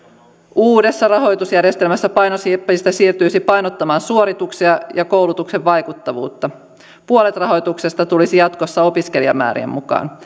uudessa rahoitusjärjestelmässä painopiste siirtyisi painottamaan suorituksia ja koulutuksen vaikuttavuutta puolet rahoituksesta tulisi jatkossa opiskelijamäärien mukaan